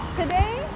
today